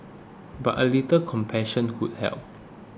but a little compassion would help